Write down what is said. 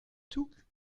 tout